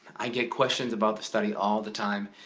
i get questions about the study all of the time,